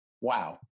wow